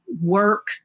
work